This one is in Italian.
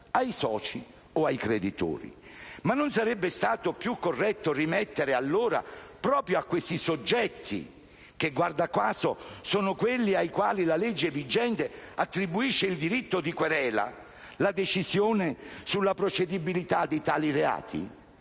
ai soci o ai creditori. Non sarebbe stato più corretto, allora, rimettere proprio a questi soggetti - guarda caso sono quelli ai quali la legge vigente attribuisce il diritto di querela - la decisione sulla procedibilità di tali reati?